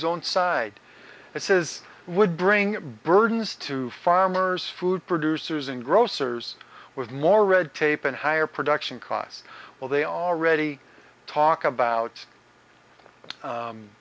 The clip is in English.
zone side it says would bring burdens to farmers food producers and grocers with more red tape and higher production costs well they already talk about